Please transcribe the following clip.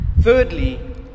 thirdly